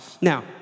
Now